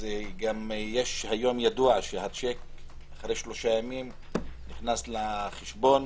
היום ידוע שאחרי שלושה ימים השיק נכנס לחשבון.